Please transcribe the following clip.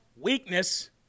weakness